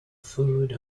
food